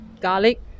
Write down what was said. garlic